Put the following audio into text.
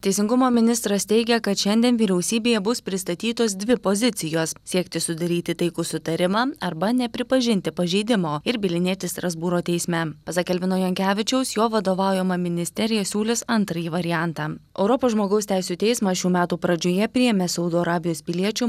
teisingumo ministras teigia kad šiandien vyriausybėje bus pristatytos dvi pozicijos siekti sudaryti taikų sutarimą arba nepripažinti pažeidimo ir bylinėtis strasbūro teisme pasak elvino jankevičiaus jo vadovaujama ministerija siūlys antrąjį variantą europos žmogaus teisių teismas šių metų pradžioje priėmė saudo arabijos piliečio